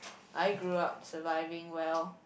I grew up surviving well